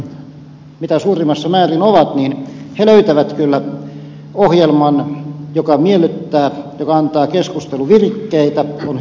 pulliainen mitä suurimmassa määrin ovat löytävät kyllä ohjelman joka miellyttää joka antaa keskusteluvirikkeitä on hyödyllinen